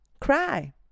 cry